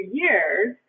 years